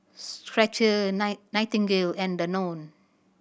Skecher Night Nightingale and Danone